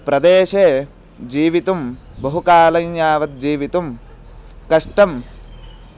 प्रदेशे जीवितुं बहुकालँय्यावत् जीवितुं कष्टं